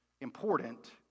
important